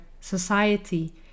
society